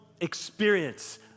experience